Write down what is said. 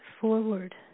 forward